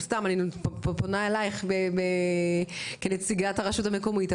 סתם אני פונה אלייך כנציגה של רשות מקומית.